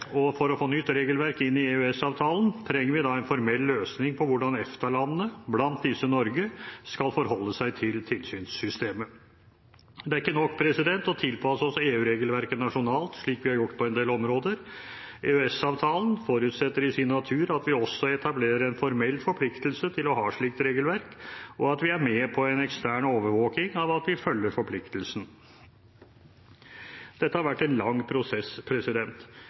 og for å få nytt regelverk inn i EØS-avtalen trenger vi da en formell løsning på hvordan EFTA-landene, blant disse Norge, skal forholde seg til tilsynssystemet. Det er ikke nok å tilpasse oss EU-regelverket nasjonalt, slik vi har gjort på en del områder. EØS-avtalen forutsetter i sin natur at vi også etablerer en formell forpliktelse til å ha et slikt regelverk, og at vi er med på en ekstern overvåking av at vi følger forpliktelsen. Dette har vært en lang prosess,